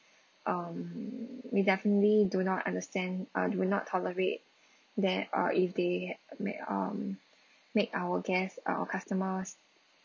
um we definitely do not understand uh do not tolerate that uh if they make um make our guest our customers